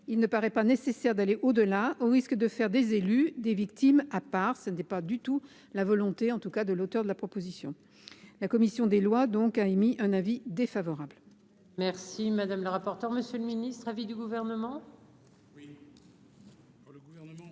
il ne paraît pas nécessaire d'aller au-delà, au risque de faire des élus, des victimes, à part ce n'est pas du tout la volonté en tout cas de l'auteur de la proposition, la commission des lois, donc, a émis un avis défavorable. Merci madame la rapporteure, Monsieur le Ministre à vie du gouvernement. Oui pour le gouvernement